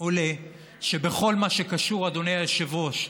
עולה שבכל מה שקשור, אדוני היושב-ראש,